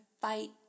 fight